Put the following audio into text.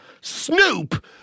Snoop